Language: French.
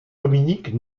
dominique